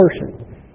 person